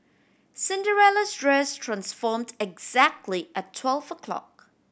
Cinderella's dress transformed exactly at twelve o'clock